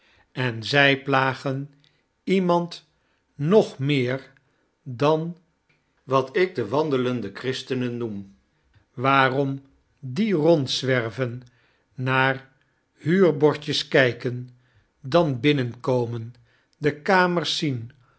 en zy plagen iemand nog meer dan wat ik de wandelende christenen noem waarom d i e rondzwerven naar huurbordjes kyken dan binnenkomen de kamers zien